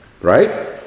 right